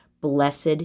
Blessed